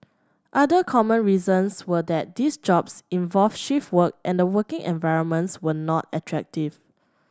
other common reasons were that these jobs involved shift work and the working environments were not attractive